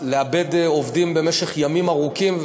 לאבד עובדים במשך ימים ארוכים,